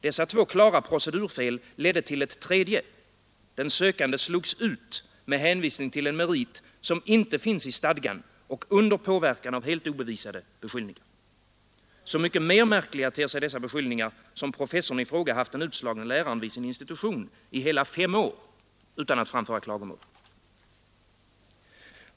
Dessa två klara procedurfel ledde till ett tredje — den sökande slogs ut med hänvisning till en merit som inte finns i stadgan och under påverkan av helt obevisade beskyllningar. Så mycket mer märkligare ter sig dessa beskyllningar som professorn i fråga haft den utslagne läraren vid sin institution i hela fem år utan att framföra klagomål.